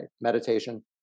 meditation